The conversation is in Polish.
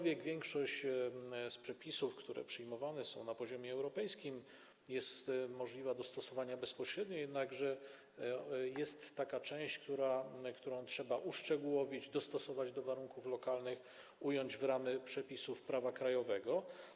Większość przepisów, które przyjmowane są na poziomie europejskim, jest możliwa do stosowania bezpośrednio, jednakże jest taka część, którą trzeba uszczegółowić, dostosować do warunków lokalnych, ująć w ramy przepisów prawa krajowego.